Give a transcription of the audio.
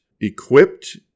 equipped